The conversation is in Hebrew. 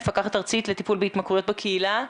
מפקחת ארצית לטיפול בהתמכרויות בקהילה.